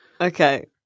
Okay